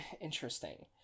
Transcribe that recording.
interesting